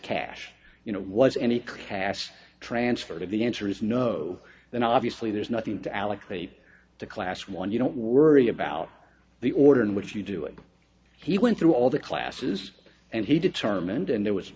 cash you know was any class transfer to the answer is no then obviously there's nothing to allocate to class one you don't worry about the order in which you do it he went through all the classes and he determined and there was